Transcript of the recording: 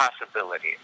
possibility